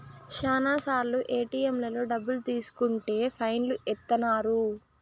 శ్యానా సార్లు ఏటిఎంలలో డబ్బులు తీసుకుంటే ఫైన్ లు ఏత్తన్నారు